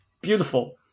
Beautiful